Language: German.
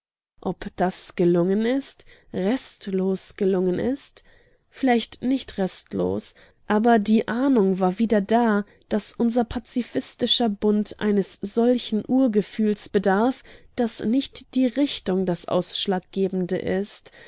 ob das gelungen ist restlos gelungen ist vielleicht nicht restlos aber die ahnung war wieder da daß unser pazifistischer bund eines solchen urgefühls bedarf daß nicht die richtung das ausschlaggebende ist